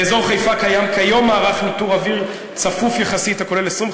באזור חיפה קיים כיום מערך ניטור אוויר צפוף יחסית הכולל 25